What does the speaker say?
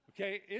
Okay